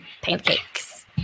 pancakes